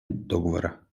договора